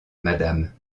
madame